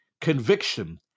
conviction